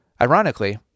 Ironically